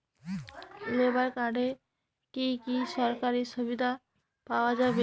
Labour কার্ডে কি কি সরকারি সুবিধা পাওয়া যাবে?